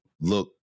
look